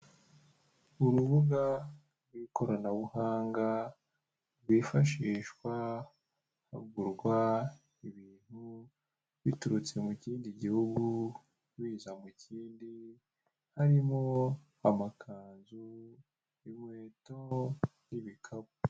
Urubuga rw'ikoranabuhanga rwifashishwa hagurwa ibintu, biturutse mu kindi gihugu biza mu kindi, harimo amakanzu, inkweto, n'ibikabu.